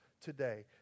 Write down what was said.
today